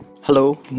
Hello